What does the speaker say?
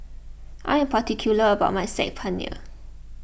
I am particular about my Saag Paneer